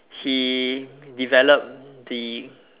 he developed the